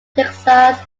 texas